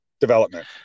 development